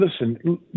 listen